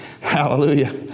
Hallelujah